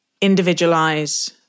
individualize